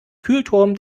kühlturm